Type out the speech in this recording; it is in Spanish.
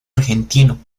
argentino